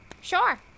Sure